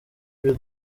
ibyo